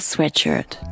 Sweatshirt